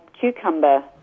cucumber